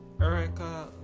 Erica